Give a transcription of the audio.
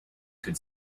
could